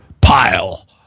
Pile